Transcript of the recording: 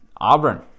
Auburn